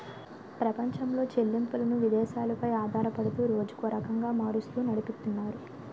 ప్రపంచంలో చెల్లింపులను విదేశాలు పై ఆధారపడుతూ రోజుకో రకంగా మారుస్తూ నడిపితున్నారు